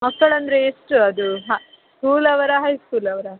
ಮಕ್ಕಳಂದರೆ ಎಷ್ಟು ಅದು ಹಾಂ ಸ್ಕೂಲ್ ಅವರಾ ಹೈ ಸ್ಕೂಲ್ ಅವರಾ